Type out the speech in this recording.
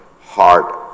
heart